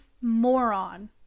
moron